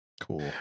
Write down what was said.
cool